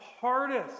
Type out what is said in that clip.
hardest